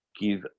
give